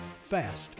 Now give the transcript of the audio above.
FAST